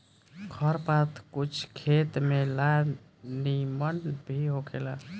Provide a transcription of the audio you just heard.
खर पात कुछ खेत में ला निमन भी होखेला